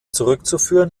zurückzuführen